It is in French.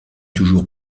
toujours